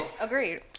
agreed